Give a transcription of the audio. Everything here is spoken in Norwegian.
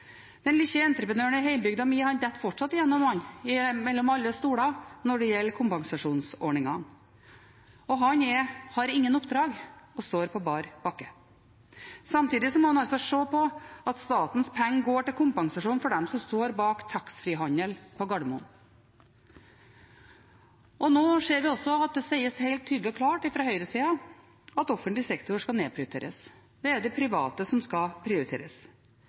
Den lille entreprenøren i hjembygda mi detter fortsatt igjennom, mellom alle stoler, når det gjelder kompensasjonsordningen. Han har ingen oppdrag og står på bar bakke. Samtidig må han se på at statens penger går til kompensasjon for dem som står bak taxfreehandelen på Gardermoen. Nå ser vi også at det sies helt tydelig og klart fra høyresiden at offentlig sektor skal nedprioriteres. Det er det private som skal prioriteres.